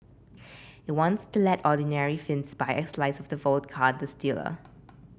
it wants to let ordinary Finns buy a slice of the vodka distiller